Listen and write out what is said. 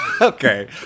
okay